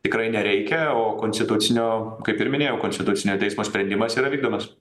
tikrai nereikia o konstitucinio kaip ir minėjau konstitucinio teismo sprendimas yra vykdomas